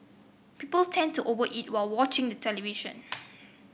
people tend to over eat while watching the television